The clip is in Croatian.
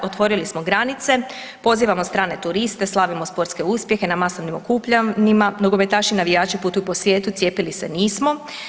Otvorili smo granice, pozivamo strane turiste, slavimo sportske uspjehe na masovnim okupljanjima, nogometaši i navijači putuju po svijetu, cijepili se nismo.